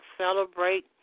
celebrate